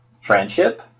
friendship